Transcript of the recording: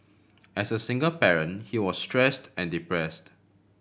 as a single parent he was stressed and depressed